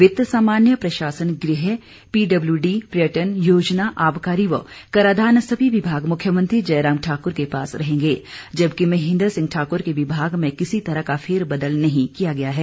वित्त सामान्य प्रशासन गृह पीडब्लयूडी पर्यटन योजना आबकारी व कराधान सभी विभाग मुख्यमंत्री जयराम ठाक्र के पास रहेंगे जबकि महेन्द्र सिंह ठाक्र के विभाग में किसी तरह का फेर बदल नहीं किया गया है